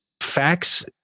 facts